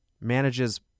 Manages